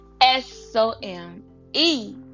S-O-M-E